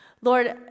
Lord